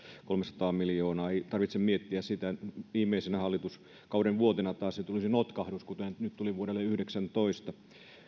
kolmesataa miljoonaa ei tarvitse miettiä viimeisenä hallituskauden vuotena taas että tulisi notkahdus kuten nyt tuli vuodelle yhdeksäntoista